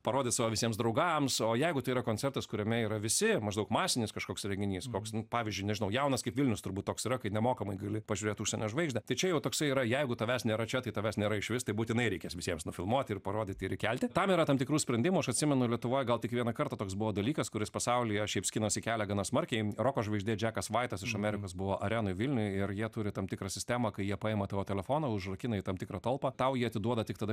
parodyt savo visiems draugams o jeigu tai yra koncertas kuriame yra visi maždaug masinis kažkoks renginys koks nu pavyzdžiui nežinau jaunas kaip vilnius turbūt toks yra kai nemokamai gali pažiūrėt užsienio žvaigždę tai čia jau toksai yra jeigu tavęs nėra čia tai tavęs nėra išvis tai būtinai reikės visiems nufilmuoti ir parodyti ir įkelti tam yra tam tikrų sprendimų aš atsimenu lietuvoj gal tik vieną kartą toks buvo dalykas kuris pasaulyje šiaip skinasi kelią gana smarkiai roko žvaigždė džekas vaitas iš amerikos buvo arenoj vilniuj ir jie turi tam tikrą sistemą kai jie paima tavo telefoną užrakina į tam tikrą talpą tau jį atiduoda tik tada